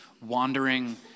wandering